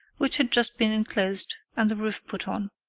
which had just been enclosed and the roof put on.